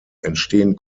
entstehen